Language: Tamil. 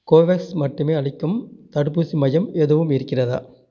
கோவேக்ஸ் மட்டுமே அளிக்கும் தடுப்பூசி மையம் எதுவும் இருக்கிறதா